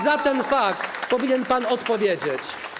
Za ten fakt powinien pan odpowiedzieć.